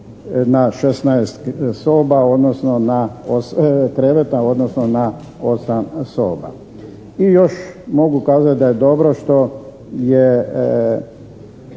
kreveta odnosno na osam soba. I još mogu kazati da je dobro što je